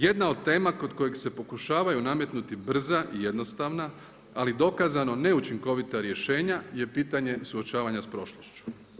Jedna od tema kod kojih se pokušavaju nametnuti brza i jednostavna ali dokazana neučinkovita rješenja je pitanje suočavanja s prošlošću.